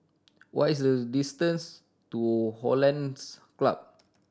what is the distance to Hollandse Club